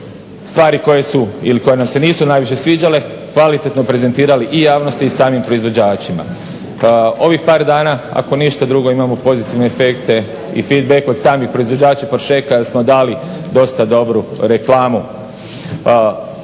ili koje nam se nisu najviše sviđale, kvalitetno prezentirali i javnosti i samim proizvođačima. Ovih par dana ako ništa drugo imamo pozitivne efekte i feedback od samih proizvođača prošeka kada smo dali dosta dobru reklamu